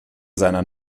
seiner